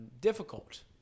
difficult